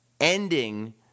ending